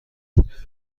شده